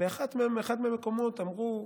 באחד מהמקומות אמרו: